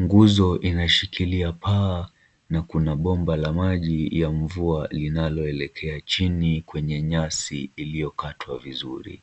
Nguzo inashikilia paa na kuna bomba la maji ya mvua linaloelekea chini kwenye nyasi iliyokatwa vizuri.